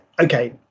okay